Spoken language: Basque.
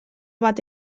bat